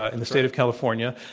ah in the state of california.